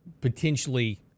potentially